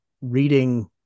reading